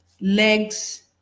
legs